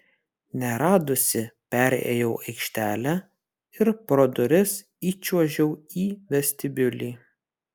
neradusi perėjau aikštelę ir pro duris įčiuožiau į vestibiulį